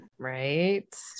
Right